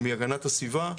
מהגנת הסביבה,